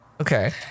Okay